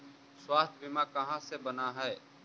स्वास्थ्य बीमा कहा से बना है?